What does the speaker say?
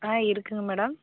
ஆ இருக்குதுங்க மேடம்